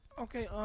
okay